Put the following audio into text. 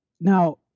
now